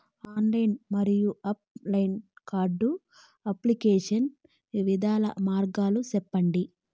Online మరియు offline card application వివిధ మార్గాలు సెప్పండి?